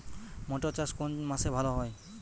মটর চাষ কোন মাসে ভালো হয়?